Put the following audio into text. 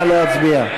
נא להצביע.